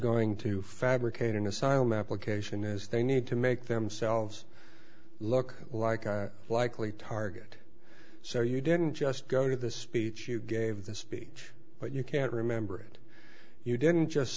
going to fabricate an asylum application as they need to make themselves look like a likely target so you didn't just go to the speech you gave the speech but you can't remember it you didn't just